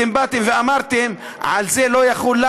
אתם באתם ואמרתם: על זה לא יחול.